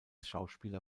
schauspieler